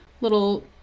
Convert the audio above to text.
little